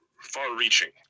far-reaching